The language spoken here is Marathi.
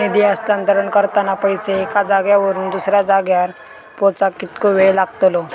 निधी हस्तांतरण करताना पैसे एक्या जाग्यावरून दुसऱ्या जाग्यार पोचाक कितको वेळ लागतलो?